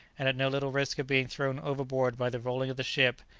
and at no little risk of being thrown overboard by the rolling of the ship,